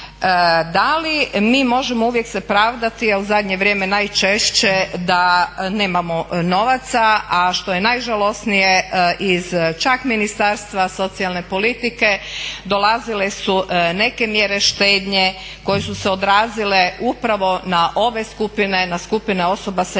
Da li mi možemo uvijek se pravdati, a u zadnje vrijeme najčešće da nemamo novaca, a što je najžalosnije iz čak Ministarstva socijalne politike dolazile su neke mjere štednje koje su se odrazile upravo na ove skupine, na skupine osoba s